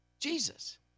Jesus